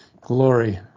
glory